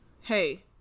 hey